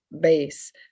base